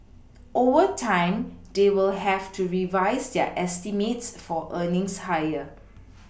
over time they will have to revise their estimates for earnings higher